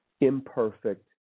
imperfect